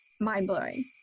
mind-blowing